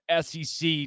SEC